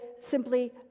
simply